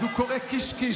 אז הוא קורא "קיש קיש".